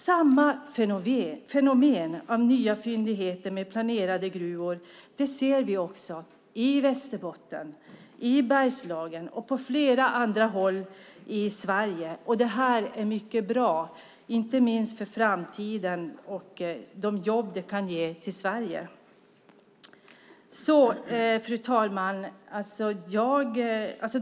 Samma fenomen med nya fyndigheter och planerade gruvor ser vi i Västerbotten, i Bergslagen och på flera andra håll i Sverige. Det är mycket bra för framtiden, inte minst för de jobb det kan ge Sverige. Fru talman!